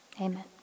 Amen